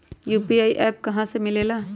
UPI का app कहा से मिलेला?